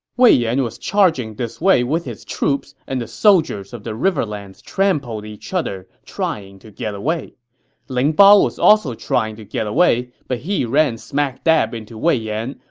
wei yan was charging this way with his troops, and the soldiers of the riverlands trampled each other trying to get away ling bao was also trying to get away, but he ran smack dab into wei yan.